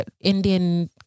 Indian